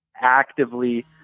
actively